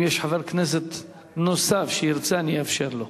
אם יש חבר כנסת נוסף שירצה, אאפשר לו.